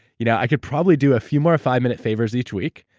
you know i could probably do a few more five-minute favors each week,